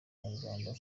abanyarwanda